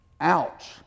Ouch